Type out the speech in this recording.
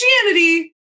Christianity